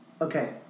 Okay